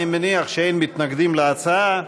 אני מניח שאין מתנגדים להצעה,